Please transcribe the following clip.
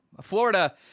Florida